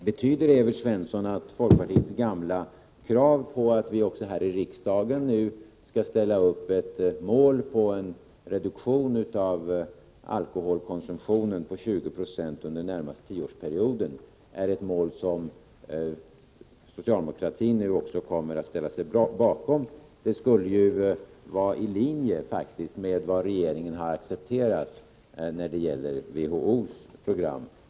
Betyder det, Evert Svensson, att folkpartiets gamla krav på att vi också här i riksdagen skall ställa upp ett mål för en reduktion av alkoholkonsumtionen på 20 96 den närmaste tioårsperioden är ett mål som socialdemokratin nu kommer att ställa sig bakom? Det skulle faktiskt vara i linje med vad regeringen har accepterat när det gäller WHO:s program.